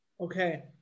okay